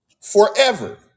forever